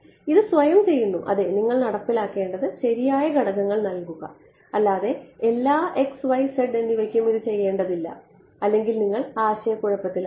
ഇത് സ്വയം ചെയ്യുന്നു അതെ നിങ്ങൾ നടപ്പിലാക്കേണ്ടത് ശരിയായ ഘടകങ്ങൾ നൽകുക അല്ലാതെ എല്ലാ x y z എന്നിവയ്ക്കും ഇത് ചെയ്യേണ്ടതില്ല അല്ലെങ്കിൽ നിങ്ങൾ ആശയക്കുഴപ്പത്തിലാകും